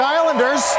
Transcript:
Islanders